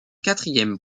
quatrième